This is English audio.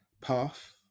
path